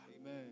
Amen